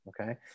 okay